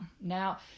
Now